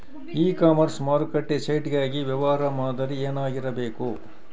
E commerce ಮಾರುಕಟ್ಟೆ site ಗಾಗಿ ವ್ಯವಹಾರ ಮಾದರಿ ಏನಾಗಿರಬೇಕು?